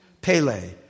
Pele